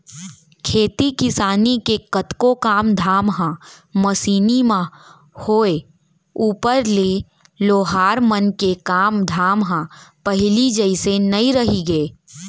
खेती किसानी के कतको काम धाम ह मसीनी म होय ऊपर ले लोहार मन के काम धाम ह पहिली जइसे नइ रहिगे